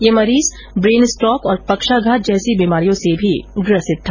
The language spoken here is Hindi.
ये मरीज ब्रेन स्टॉक और पक्षाघात जैसी बीमारियों से भी ग्रसित था